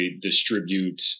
distribute